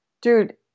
Dude